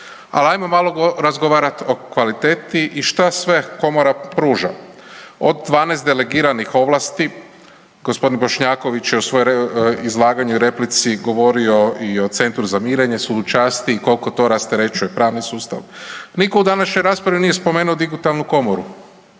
ali ajmo malo razgovarat o kvaliteti i šta sve komora pruža. Od 12 delegiranih ovlasti, gospodin Bošnjaković je u svojoj izlaganju i replici govorio i o centru za mirenje, sudu časti i koliko to rasterećuje pravni sustav. Nitko u današnjoj raspravi nije spomenuo digitalnu komoru,